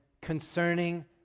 concerning